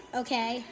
okay